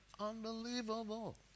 unbelievable